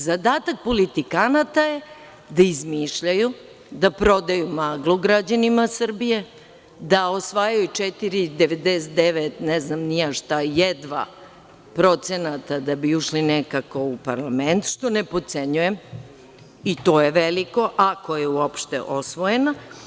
Zadatak politikanata je da izmišljaju, da prodaju maglu građanima Srbije, da osvajaju 4,99, ne znam ni ja šta, jedva, procenata da bi ušli nekako u parlament, što ne potcenjujem, i to je veliko, ako je uopšte osvojeno.